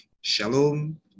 shalom